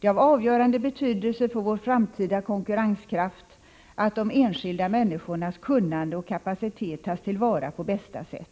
Det är av avgörande betydelse för vår framtida konkurrenskraft att de enskilda människornas kunnande och kapacitet tas till vara på bästa sätt.